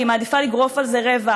כי היא מעדיפה לגרוף על זה רווח,